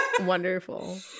wonderful